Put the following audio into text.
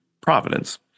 providence